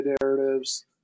narratives